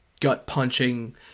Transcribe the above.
gut-punching